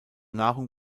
nahrung